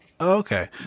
Okay